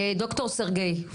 ד"ר סרגיי,